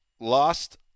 Lost